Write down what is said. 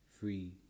free